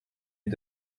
est